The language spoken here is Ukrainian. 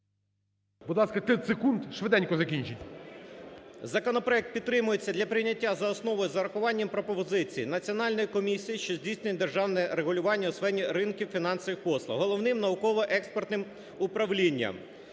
Будь ласка, 30 секунд. Швиденько закінчіть. ПОЛЯКОВ М.А. Законопроект підтримується для прийняття за основу з урахуванням пропозицій Національної комісії, що здійснює державне регулювання у сфері ринків фінансових послуг, Головним науково-експертним управлінням.